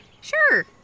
Sure